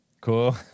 Cool